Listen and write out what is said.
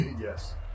Yes